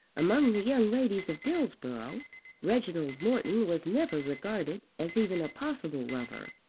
among the young ladies of dillsborough reginald morton was never regarded as even a possible lover.